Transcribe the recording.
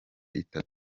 itanu